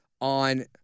on